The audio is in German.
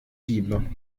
diebe